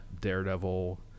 Daredevil